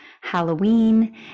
halloween